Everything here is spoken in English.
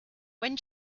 when